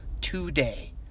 today